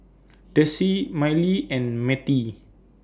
Dessie Mylee and Mattye